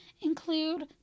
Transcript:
include